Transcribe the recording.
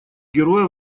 героя